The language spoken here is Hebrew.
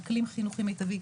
אקלים חינוכי מיטבי,